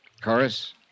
Chorus